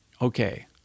okay